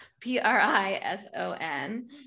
p-r-i-s-o-n